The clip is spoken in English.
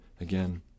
again